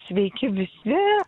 sveiki visi